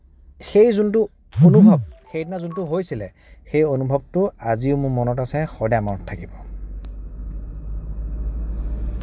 আৰু সেই যোনটো অনুভৱ সেইদিনা যোনটো হৈছিলে সেই অনুভৱটো আজিও মোৰ মনত আছে সদায় মনত থাকিব